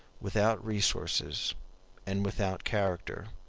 without resources and without character,